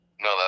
No